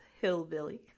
hillbilly